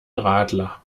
radler